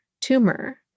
tumor